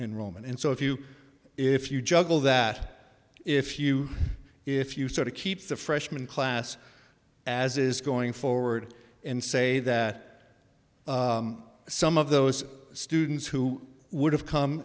enrollment and so if you if you juggle that if you if you sort of keep the freshman class as is going forward and say that some of those students who would have come